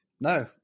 No